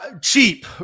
cheap